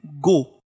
go